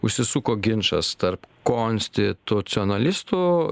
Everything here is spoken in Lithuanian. užsisuko ginčas tarp konstitucionalistų